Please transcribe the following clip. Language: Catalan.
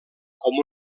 com